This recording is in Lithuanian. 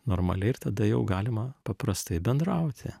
normaliai ir tada jau galima paprastai bendrauti